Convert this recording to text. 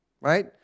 Right